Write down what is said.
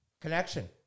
Connection